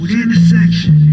intersection